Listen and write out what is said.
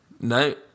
No